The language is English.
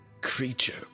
creature